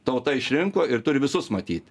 tauta išrinko ir turi visus matyt